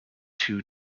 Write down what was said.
two